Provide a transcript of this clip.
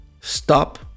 stop